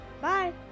Bye